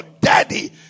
daddy